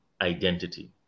identity